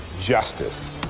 justice